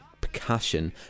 percussion